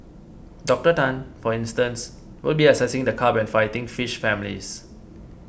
Dr Tan for instance will be assessing the carp and fighting fish families